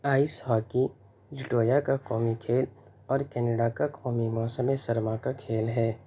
ice hockey Latvia کا قومی کھیل اور کینیڈا کا قومی موسم سرما کا کھیل ہے